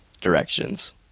directions